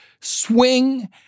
swing—